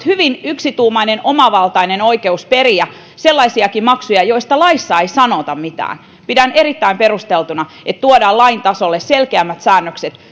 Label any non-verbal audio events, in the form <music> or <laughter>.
<unintelligible> hyvin yksituumainen omavaltainen oikeus periä sellaisiakin maksuja joista laissa ei sanota mitään pidän erittäin perusteltuna että tuodaan lain tasolle selkeämmät säännökset <unintelligible>